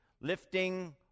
lifting